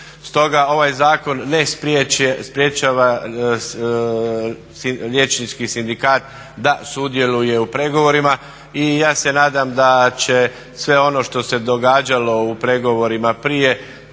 Stoga ovaj zakon ne sprječava Liječnički sindikat da sudjeluje u pregovorima i ja se nadam da će sve ono što se događalo u pregovorima prije